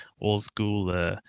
old-school